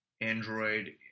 Android